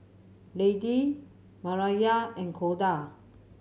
Lady Myrna and Koda